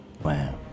Wow